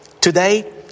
Today